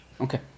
Okay